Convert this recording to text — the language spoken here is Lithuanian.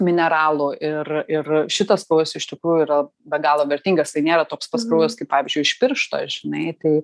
mineralų ir ir šitas kraujas iš tikrųjų yra be galo vertingas tai nėra toks pats kraujas kaip pavyzdžiui iš piršto žinai tai